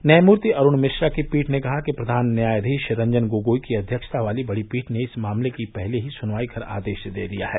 न्यायमूर्ति अरूण मिश्रा की पीठ ने कहा कि प्रधान न्यायाधीश रंजन गोगोई की अध्यक्षता वाली बस्री पीठ ने इस मामले की पहले ही सुनवई कर आदेश दे दिया है